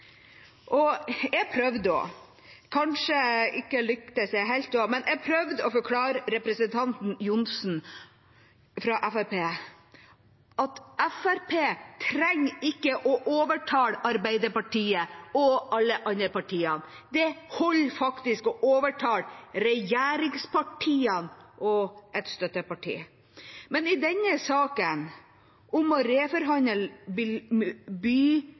Jeg prøvde, men kanskje lyktes jeg ikke helt med å forklare representanten Johnsen fra Fremskrittspartiet at de ikke trenger å overtale Arbeiderpartiet og alle de andre partiene. Det holder faktisk å overtale regjeringspartiene og et støtteparti. I denne saken om å reforhandle